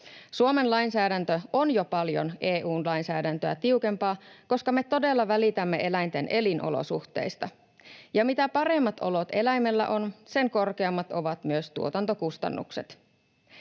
Suomen lainsäädäntö on jo paljon EU:n lainsäädäntöä tiukempaa, koska me todella välitämme eläinten elinolosuhteista. Ja mitä paremmat olot eläimellä on, sen korkeammat ovat myös tuotantokustannukset.